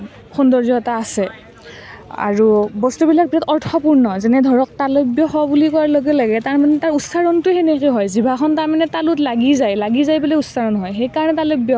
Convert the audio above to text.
সৌন্দৰ্য এটা আছে আৰু বস্তুবিলাক অৰ্থপূৰ্ণ যেনেধৰক তালব্য শ বুলি কোৱাৰ লগে লগে তাৰ উচ্চাৰণটো তেনেকে হয় জিভাখন তাৰমানে তালুত লাগি যায় সেইকাৰণে তালব্য শ